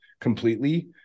completely